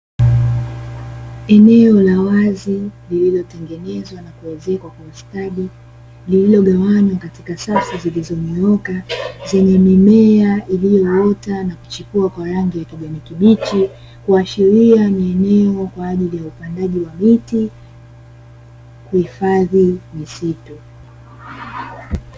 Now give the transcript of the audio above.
Eneo la wazi lililotengenezwa na kuezekwa kwa ustadi ni eneo maalumu, katika safu zilizonyooka zenye mimea iliyoota na kuchipua kwa rangi ya kijani kibichi ikiashiria ni eneo kwa ajili ya upandaji wa miti kuhifadhi misitu.